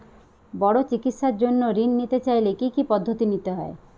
বড় চিকিৎসার জন্য ঋণ নিতে চাইলে কী কী পদ্ধতি নিতে হয়?